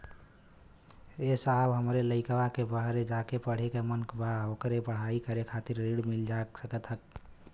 ए साहब हमरे लईकवा के बहरे जाके पढ़े क मन बा ओके पढ़ाई करे खातिर ऋण मिल जा सकत ह?